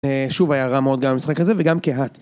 שוב היה רע מאוד גם במשחק הזה וגם כהת